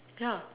ya